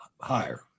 Higher